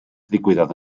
ddigwyddodd